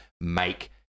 make